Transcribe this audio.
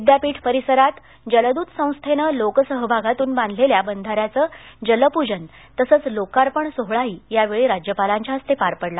विद्यापीठ परिसरात जलदूत संस्थेनं लोकसहभागातून बांधलेल्या बंधाऱ्याचं जलपूजन तसंच लोकार्पण सोहळाही यावेळी राज्यपालांच्या हस्ते पार पडला